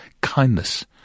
kindness